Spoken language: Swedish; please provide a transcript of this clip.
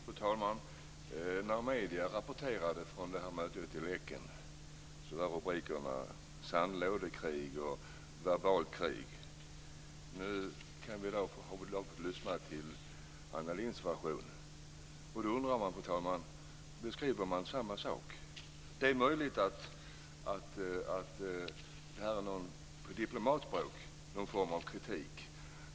Fru talman! När medierna rapporterade från detta möte i Laeken talades det i rubrikerna om sandlådekrig och verbalt krig. Nu har vi lyssnat till Anna Lindhs version. Då undrar jag, fru talman: Beskriver man samma sak? Det är möjligt att detta är någon form av kritik på diplomatspråk.